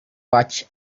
watch